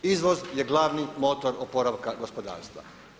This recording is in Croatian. Izvoz je glavni motor oporavka gospodarstva.